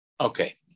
Okay